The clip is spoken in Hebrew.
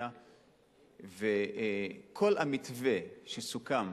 וכל המתווה שסוכם